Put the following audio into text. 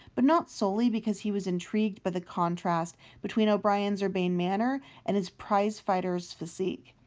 but not solely because he was intrigued by the contrast between o'brien's urbane manner and his prize-fighter's physique.